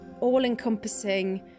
all-encompassing